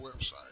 website